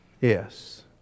Yes